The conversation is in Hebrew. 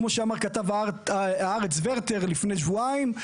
כמו שאמר כתב הארץ ורטר לפני שבועיים.